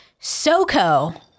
SoCo